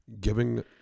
giving